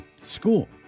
school